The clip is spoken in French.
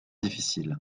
difficile